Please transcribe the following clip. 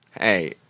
hey